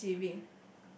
be receiving